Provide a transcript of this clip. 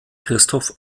christoph